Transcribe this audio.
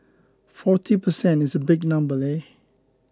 forty per cent is a big number leh